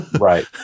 Right